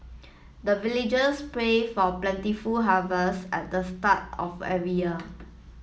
the villagers pray for plentiful harvest at the start of every year